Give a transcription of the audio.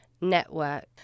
network